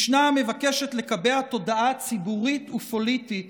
משנה המבקשת לקבע תודעה ציבורית ופוליטית